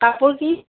কাপোৰ কি